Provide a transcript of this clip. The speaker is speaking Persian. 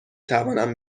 توانم